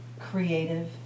creative